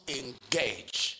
engage